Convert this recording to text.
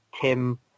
Tim